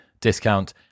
discount